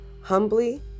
Humbly